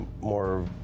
more